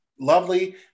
lovely